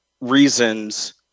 reasons